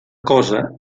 cosa